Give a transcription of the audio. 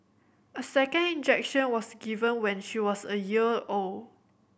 a second injection was given when she was a year old